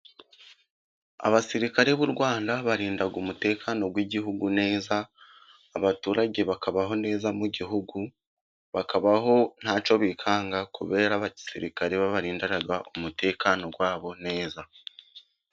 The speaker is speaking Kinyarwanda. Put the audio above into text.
Abasirikare b'u Rwanda barinda umutekano w'igihugu neza, abaturage bakabaho neza mu gihugu, bakabaho ntacyo bikanga kubera ko abasirikare babarindira umutekano wabo neza.